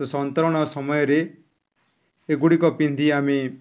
ତ ସନ୍ତରଣ ସମୟରେ ଏଗୁଡ଼ିକ ପିନ୍ଧି ଆମେ